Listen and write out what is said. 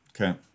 Okay